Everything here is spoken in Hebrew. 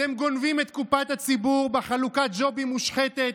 אתם גונבים את קופת הציבור בחלוקת ג'ובים מושחתת,